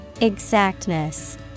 Exactness